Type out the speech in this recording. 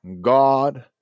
God